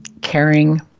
caring